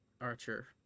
Archer